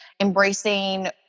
embracing